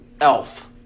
Elf